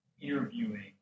interviewing